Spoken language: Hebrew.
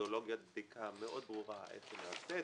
ומתודולוגיית בדיקה מאוד ברורה אצל ---.